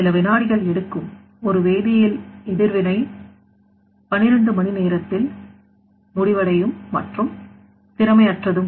சில வினாடிகள் எடுக்கும் ஒரு வேதியியல் எதிர்வினை12 மணி நேரத்தில் முடிவடையும் மற்றும் திறமை அற்றது